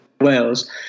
Wales